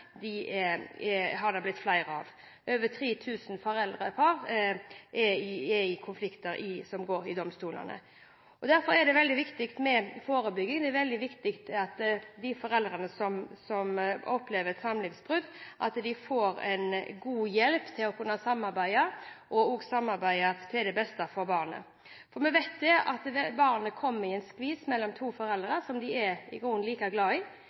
de foreldrene som opplever et samlivsbrudd, får god hjelp til å kunne samarbeide, og også samarbeide til det beste for barnet. For vi vet at barnet kommer i en skvis mellom to foreldre som de i grunnen er like glad i,